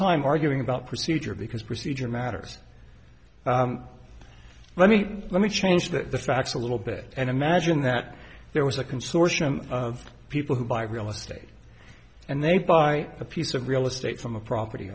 time arguing about procedure because procedural matters let me let me change the facts a little bit and imagine that there was a consortium of people who buy real estate and they buy a piece of real estate from a property